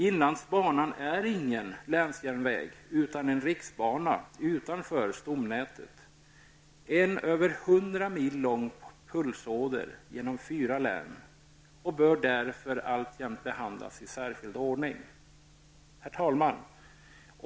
Inlandsbanan är ingen länsjärnväg utan en riksbana utanför stomnätet, en över hundra mil lång pulsåder genom fyra län, och bör därför alltjämt behandlas i särskild ordning. Herr talman!